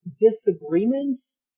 disagreements